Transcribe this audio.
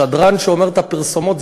השדרן שאומר את הפרסומות,